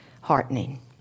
heartening